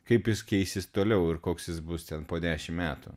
kaip jis keisis toliau ir koks jis bus ten po dešim metų